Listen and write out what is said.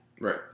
Right